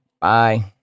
Bye